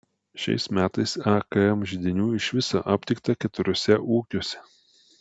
šiais metais akm židinių iš viso aptikta keturiuose ūkiuose